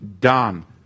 done